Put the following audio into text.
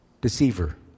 Deceiver